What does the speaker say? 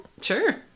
Sure